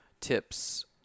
tips